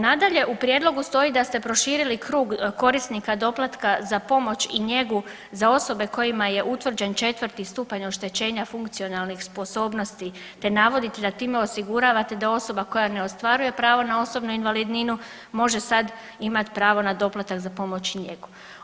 Nadalje, u prijedlogu stoji da ste proširili krug korisnika doplatka za pomoć i njegu za osobe kojima je utvrđen četvrti stupanj oštećenja funkcionalnih sposobnosti, te navodite da time osiguravate da osoba koja ne ostvaruje pravo na osobnu invalidninu može sad imati pravo na doplatak za pomoć i njegu.